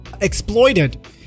exploited